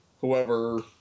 whoever